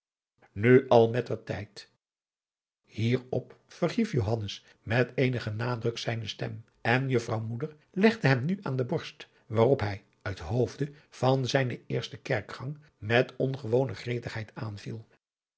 nu al met er tijd hierop verhief johannes met eenigen nadruk zijne stem en juffrouw moeder legde hem nu aan de borst waarop hij uit hoofde van adriaan loosjes pzn het leven van johannes wouter blommesteyn zijnen eersten kerkgang met ongewone gretigheid aanviel